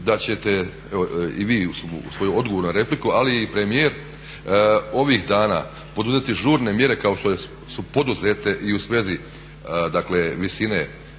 da ćete i vi u svojem odgovoru na repliku, ali i premijer ovih dana poduzeti žurne mjere kao što su poduzete i u svezi dakle